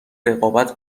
رقابت